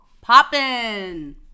Poppin